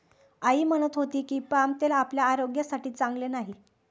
आई म्हणत होती की, पाम तेल आपल्या आरोग्यासाठी चांगले नाही